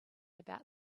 about